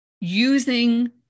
using